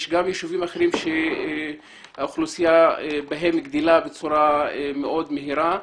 יש גם יישובים אחרים שהאוכלוסייה בהם גדלה בצורה מאוד מהירה.